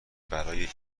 برای